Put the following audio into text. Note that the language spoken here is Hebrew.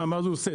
מה זה עושה?